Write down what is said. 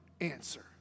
answer